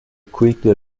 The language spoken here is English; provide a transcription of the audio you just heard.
quickly